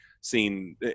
seen